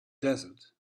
desert